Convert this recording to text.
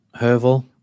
Hervel